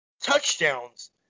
touchdowns